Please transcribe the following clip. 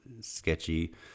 sketchy